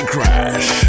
Crash